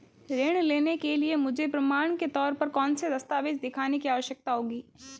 ऋृण लेने के लिए मुझे प्रमाण के तौर पर कौनसे दस्तावेज़ दिखाने की आवश्कता होगी?